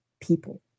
people